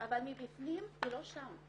אבל בפנים היא לא שם.